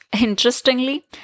Interestingly